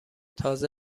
تازه